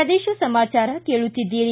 ಪ್ರದೇಶ ಸಮಾಚಾರ ಕೇಳುತ್ತೀದ್ದಿರಿ